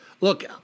Look